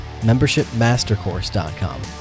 membershipmastercourse.com